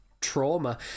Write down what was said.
trauma